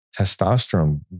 Testosterone